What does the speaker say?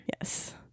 Yes